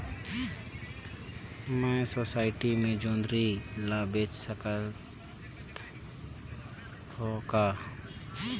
मैं सोसायटी मे जोंदरी ला बेच सकत हो का?